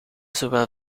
zowel